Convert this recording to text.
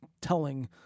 telling